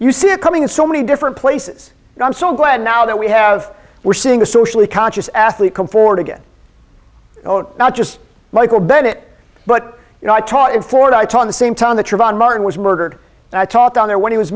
you see it coming in so many different places and i'm so glad now that we have we're seeing a socially conscious athlete come forward again not just michael bennett but you know i taught in florida i taught in the same town the trayvon martin was murdered and i taught down there when he was